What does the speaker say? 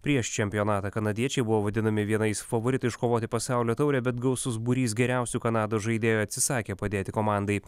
prieš čempionatą kanadiečiai buvo vadinami vienais favoritų iškovoti pasaulio taurę bet gausus būrys geriausių kanados žaidėjų atsisakė padėti komandai